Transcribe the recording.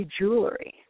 jewelry